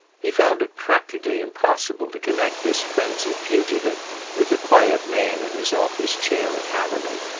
he found it practically impossible to connect this frenzied fugitive with the quiet man in his office chair at haverly,